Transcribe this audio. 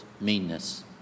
meanness